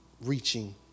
reaching